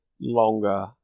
longer